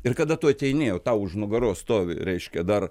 ir kada tu ateini o tau už nugaros stovi reiškia dar